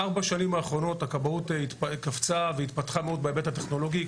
בארבע השנים האחרונות הכבאות קפצה והתפתחה מאוד בהיבט הטכנולוגי,